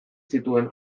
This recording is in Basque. zituen